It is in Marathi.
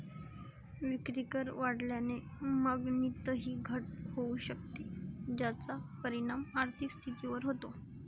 विक्रीकर वाढल्याने मागणीतही घट होऊ शकते, ज्याचा परिणाम आर्थिक स्थितीवर होतो